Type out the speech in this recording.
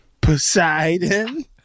Poseidon